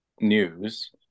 news